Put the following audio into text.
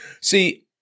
See